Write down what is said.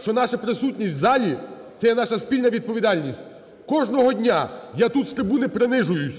що наша присутність в залі – це є наша спільна відповідальність. Кожного дня я тут з трибуни принижуюсь,